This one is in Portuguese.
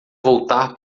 voltar